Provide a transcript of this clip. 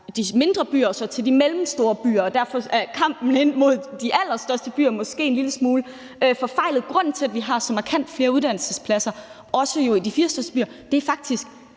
de mindre byer og så til de mellemstore byer, og derfor er kampen mod de allerstørste byer måske en lille smule forfejlet. Grunden til, at vi har så markant flere uddannelsespladser, også i de fire største byer, handler faktisk